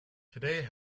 today